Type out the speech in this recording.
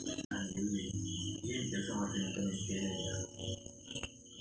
Investment ಮಾಡಲು ಇರುವ procedure ಹೇಳ್ತೀರಾ?